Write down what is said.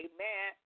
Amen